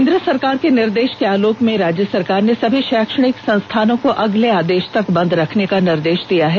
केन्द्र सरकार के निर्देष के आलोक में राज्य सरकार ने सभी शैक्षणिक संस्थानों को अगले आदेष तक बंद रखने का निर्देष दिया है